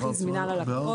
הכי זמינה ללקוחות,